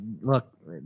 look